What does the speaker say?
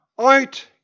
out